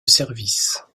services